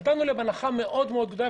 נתנו להם הנחה מאוד גדולה,